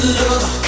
love